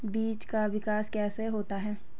बीज का विकास कैसे होता है?